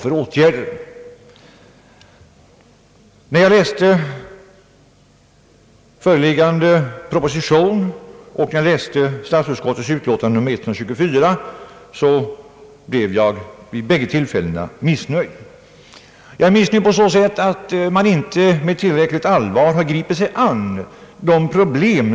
Både när jag läste föreliggande pro position och när jag läste statsutskottets utlåtande nr 124 blev jag missnöjd. Man har inte med tillräckligt allvar gripit sig an med detta problem.